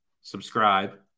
Subscribe